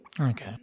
Okay